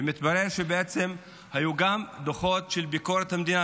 ומתברר שבעצם היו גם דוחות של ביקורת המדינה,